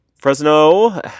Fresno